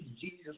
Jesus